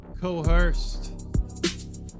coerced